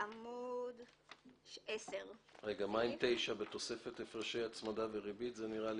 בהוראות סעיף זה כדי לגרוע מהוראות הדין לעניין